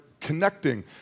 connecting